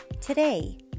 Today